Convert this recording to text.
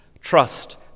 TRUST